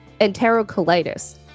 enterocolitis